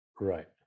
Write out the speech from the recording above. right